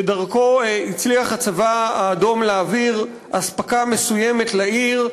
שדרכו הצליח הצבא האדום להעביר אספקה מסוימת לעיר,